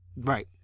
Right